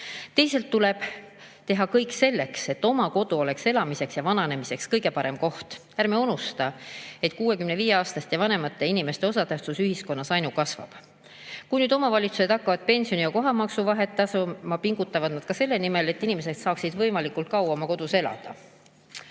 Teisalt tuleb teha kõik selleks, et oma kodu oleks elamiseks ja vananemiseks kõige parem koht. Ärme unustame, et 65-aastaste ja vanemate inimeste osatähtsus ühiskonnas ainult kasvab. Kui omavalitsused hakkavad pensioni ja kohamaksu vahet tasuma, pingutavad nad ka selle nimel, et inimesed saaksid võimalikult kaua oma kodus elada.